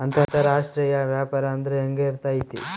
ಅಂತರಾಷ್ಟ್ರೇಯ ವ್ಯಾಪಾರ ಅಂದ್ರೆ ಹೆಂಗಿರ್ತೈತಿ?